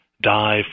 die